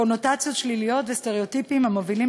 קונוטציות שליליות וסטריאוטיפים המובילים